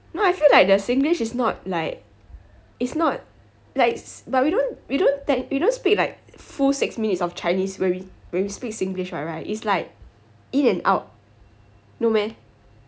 no I feel like the singlish is not like is not like but we don't we don't te~ we don't speak like full six minutes of chinese when we when we speak singlish [what] right it's like in and out no meh